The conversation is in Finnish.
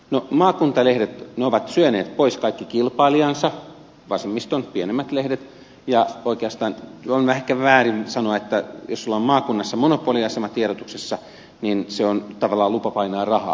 no maakuntalehdet ne ovat syöneet pois kaikki kilpailijansa vasemmiston pienemmät lehdet ja oikeastaan on ehkä väärin sanoa että jos sinulla on maakunnassa monopoliasema tiedotuksessa niin se on tavallaan lupa painaa rahaa